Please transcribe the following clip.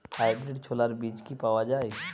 Hybrid ছোলার বীজ কি পাওয়া য়ায়?